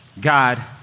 God